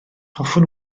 hoffwn